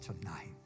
tonight